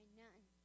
none